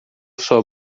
sua